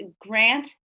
Grant